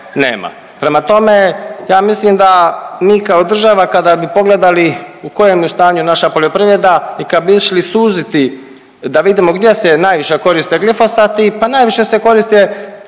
Prema tome, ja mislim da mi kao država kada bi pogledali u kojem je stanju naša poljoprivreda i kad bi išli suziti da vidimo gdje se najviše koriste ti glifosat, pa najviše se koriste na